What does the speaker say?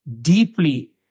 deeply